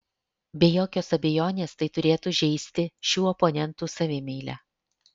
be jokios abejonės tai turėtų žeisti šių oponentų savimeilę